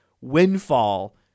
windfall